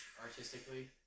artistically